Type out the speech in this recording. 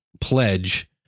pledge